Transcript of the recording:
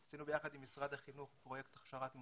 עשינו ביחד עם משרד החינוך פרויקט הכשרת מורים,